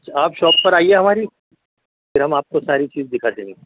آپ شاپ پر آئیے ہماری پھر ہم آپ کو ساری چیز دکھا دیں گے